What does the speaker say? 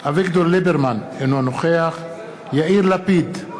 אביגדור ליברמן, אינו נוכח יאיר לפיד,